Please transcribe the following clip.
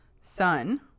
sun